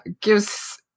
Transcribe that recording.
gives